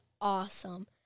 awesome